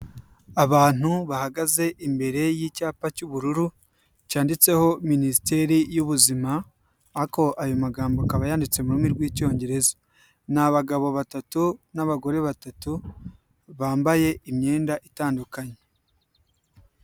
Abantu bahagaze imbere y'icyapa cy'ubururu, cyanditseho minisiteri y'ubuzima, ariko ayo magambo akaba yanditse mu rurimi rw'icyongereza. Ni abagabo batatu n'abagore batatu bambaye imyenda itandukanye.